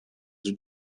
the